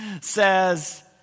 says